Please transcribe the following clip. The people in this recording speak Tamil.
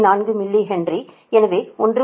4 மிலி ஹென்றி எனவே 1